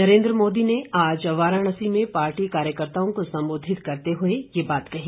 नरेन्द्र मोदी ने आज वाराणसी में पार्टी कार्यकर्ताओं को संबोधित करते हुए ये बात कही